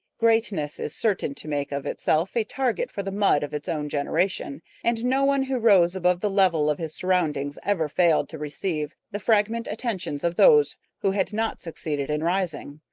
greatness is certain to make of itself a target for the mud of its own generation, and no one who rose above the level of his surroundings ever failed to receive the fragrant attentions of those who had not succeeded in rising.